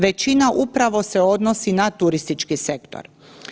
Većina upravo se odnosi na turistički sektor.